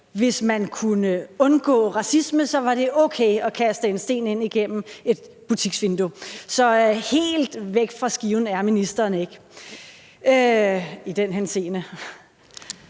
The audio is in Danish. hvis man kunne undgå racisme, så var okay at kaste en sten ind igennem et butiksvindue. Så helt væk fra skiven er ministeren ikke i den henseende.